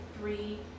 three